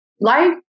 life